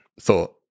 thought